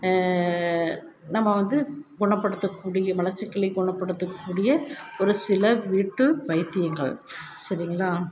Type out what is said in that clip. நம்ம வந்து குணப்படுத்தக்கூடிய மலச்சிக்கலை குணப்படுத்தக்கூடிய ஒரு சில வீட்டு வைத்தியங்கள் சரிங்களா